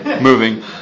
moving